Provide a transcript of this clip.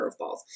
curveballs